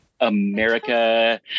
America